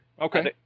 okay